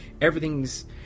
everything's